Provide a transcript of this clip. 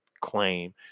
claim